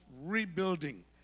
rebuilding